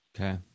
Okay